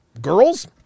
Girls